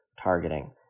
targeting